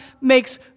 makes